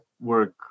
work